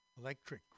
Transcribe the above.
electric